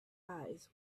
eyes